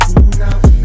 enough